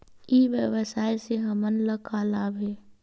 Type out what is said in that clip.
ई व्यवसाय से हमन ला का लाभ हे?